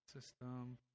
system